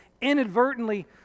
inadvertently